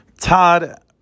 Todd